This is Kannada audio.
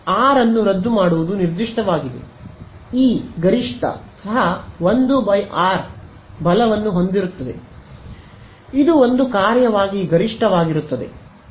ಆದ್ದರಿಂದ ಅರ್ ಅನ್ನು ರದ್ದುಮಾಡುವುದು ನಿರ್ದಿಷ್ಟವಾಗಿದೆ ಇ ಗರಿಷ್ಠ ಸಹ 1 ಆರ್ ಬಲವನ್ನು ಹೊಂದಿರುತ್ತದೆ ಇದು ಒಂದು ಕಾರ್ಯವಾಗಿ ಗರಿಷ್ಠವಾಗಿರುತ್ತದೆ